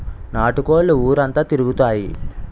నాటు కోళ్లు ఊరంతా తిరుగుతాయి